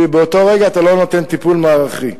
כי באותו רגע אתה לא נותן טיפול מערכתי.